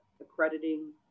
accrediting